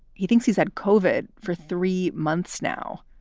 he thinks he's had covered for three months. now,